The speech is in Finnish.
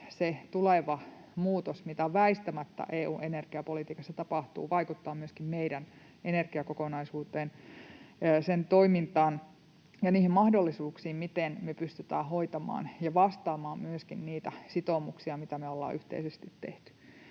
se tuleva muutos, mikä väistämättä EU:n energiapolitiikassa tapahtuu, vaikuttaa myöskin meidän energiakokonaisuuteen, sen toimintaan ja niihin mahdollisuuksiin, miten me pystytään hoitamaan ja vastaamaan myöskin niitä sitoumuksia, mitä me ollaan yhteisesti tehty.